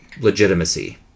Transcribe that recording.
legitimacy